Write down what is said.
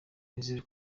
nizere